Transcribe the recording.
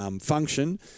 function